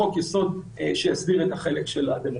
כך צריך שיהיה חוק יסוד שיסדיר את החלק של הדמוקרטיה.